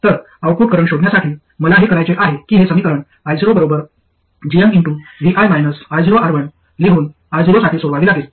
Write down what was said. तर output current शोधण्यासाठी मला हे करायचे आहे की हे समीकरण io gmvi - ioR1 लिहून io साठी सोडवावे लागेल